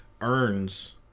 earns